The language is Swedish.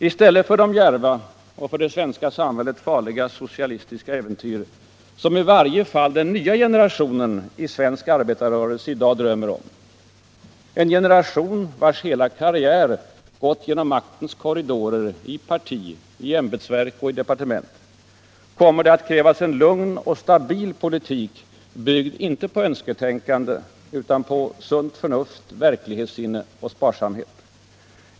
I stället för de djärva och för det svenska samhället farliga socialistiska äventyr som i varje fall den nya generationen i svensk arbetarrörelse i dag drömmer om — en generation vars hela karriär har gått genom maktens korridorer i parti, i ämbetsverk och i departement — kommer det att krävas en lugn och stabil politik byggd inte på önsketänkande utan på sunt förnuft, verklighetssinne och sparsamhet.